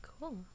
Cool